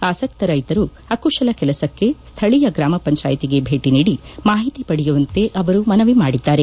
ಆಸಕ್ತ ರೈತರು ಅಕುಶಲ ಕೆಲಸಕ್ಕೆ ಸ್ಥಳೀಯ ಗ್ರಾಮ ಪಂಚಾಯಿತಿಗೆ ಭೇಟಿ ನೀಡಿ ಮಾಹಿತಿ ಪಡೆಯುವಂತೆ ಅವರು ಮನವಿ ಮಾಡಿದ್ದಾರೆ